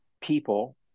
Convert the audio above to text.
people